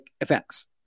effects